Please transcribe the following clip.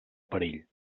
perill